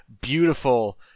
beautiful